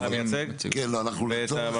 אתה מייצג?